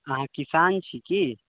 अहाँ किसान छी की